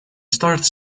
started